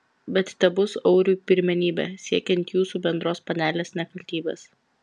bet tebus auriui pirmenybė siekiant jūsų bendros panelės nekaltybės